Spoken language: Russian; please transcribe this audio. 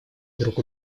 друг